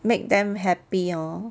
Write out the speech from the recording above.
make them happy hor